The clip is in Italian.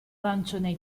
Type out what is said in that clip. arancione